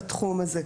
על התחום הזה.